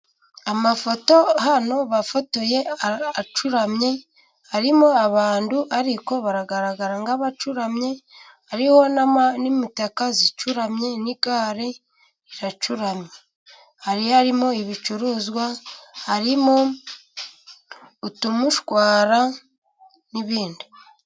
Amafoto hano bafotoye acuramye, harimo abantu ariko baragaragara nk'abacuramye, hariho n'imitaka icuramye n'igare ricuramye, hari harimo ibicuruzwa harimo utumushwara n'ibindi.